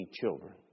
children